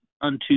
unto